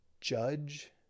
judge